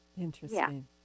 Interesting